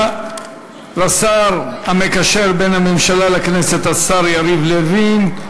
תודה לשר המקשר בין הממשלה לכנסת, השר יריב לוין.